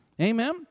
amen